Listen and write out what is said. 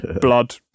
Blood